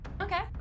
Okay